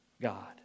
God